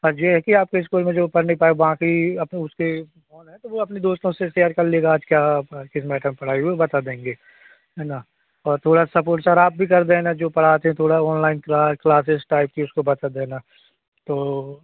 बस जे है कि आपके इस्कूल में जो पढ़ नहीं पाए बाकी अब उसके फोन है तो वो अपने दोस्तों से सेयर कर लेगा आज क्या पढ़ाई किस मैटर में पढ़ाई हुई वो बता देंगे है ना और थोड़ा सपोर्ट सर आप भी कर देना जो पढ़ाते हैं थोड़ा ऑनलाइन क्लास क्लास इस टाइप की उसको बता देना तो